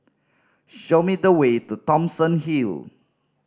show me the way to Thomson Hill